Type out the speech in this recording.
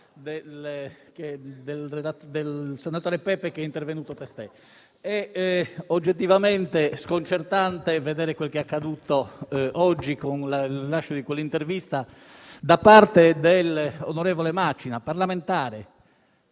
del senatore Pepe, che ha parlato testé. È oggettivamente sconcertante vedere quel che è accaduto oggi, con il rilascio di quell'intervista da parte dell'onorevole Macina, parlamentare